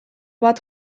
bat